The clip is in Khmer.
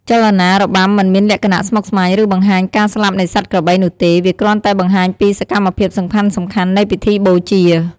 ចលនារបាំមិនមានលក្ខណៈស្មុគស្មាញ ឬបង្ហាញការស្លាប់នៃសត្វក្របីនោះទេ វាក្រាន់តែបង្ហាញពីសកម្មភាពសំខាន់ៗនៃពិធីបូជា។